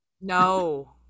no